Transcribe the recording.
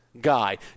guy